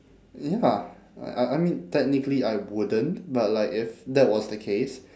ya I I mean technically I wouldn't but like if that was the case